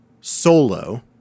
solo